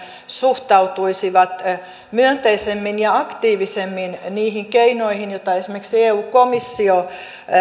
suhtautuisivat myönteisemmin ja aktiivisemmin niihin keinoihin joita esimerkiksi eu komissio